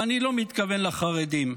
ואני לא מתכוון לחרדים.